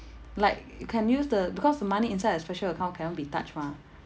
like can use the because the money inside a special account cannot be touched mah